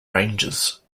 ranges